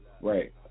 Right